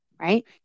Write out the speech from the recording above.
right